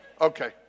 Okay